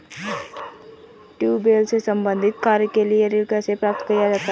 Tubewell से संबंधित कार्य के लिए ऋण कैसे प्राप्त किया जाए?